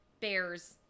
bears